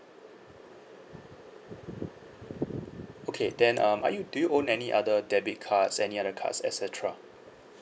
okay then um are you do you own any other debit cards any other cards et cetera